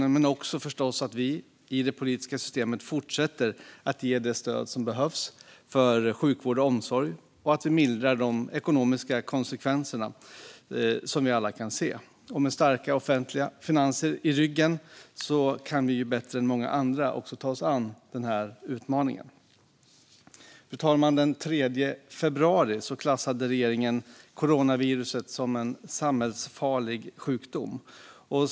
Men det krävs förstås också att vi i det politiska systemet fortsätter att ge det stöd som behövs för sjukvård och omsorg och att vi mildrar de ekonomiska konsekvenser som vi alla kan se. Med starka offentliga finanser i ryggen kan vi bättre än många andra också ta oss an denna utmaning. Fru talman! Den 3 februari klassade regeringen infektion med coronavirus som en samhällsfarlig sjukdom.